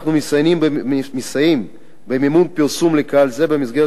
אנחנו מסייעים במימון פרסום לקהל זה במסגרת